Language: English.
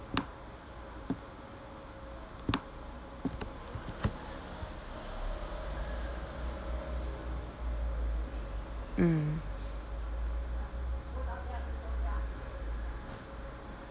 mm